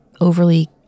overly